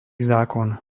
zákon